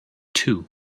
two